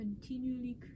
continually